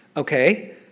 Okay